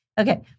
Okay